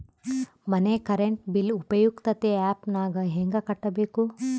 ಮನೆ current bill ಉಪಯುಕ್ತತೆ app ನಾಗ ಹೆಂಗ ಕಟ್ಟಬೇಕು?